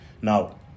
Now